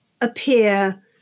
appear